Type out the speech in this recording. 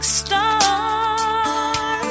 star